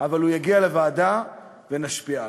אבל הוא יגיע לוועדה ונשפיע עליו.